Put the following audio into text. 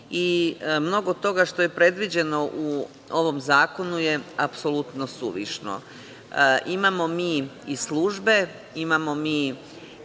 tako. Mnogo toga što je predviđeno u ovom zakonu je apsolutno suvišno. Imamo mi i službe, imamo mi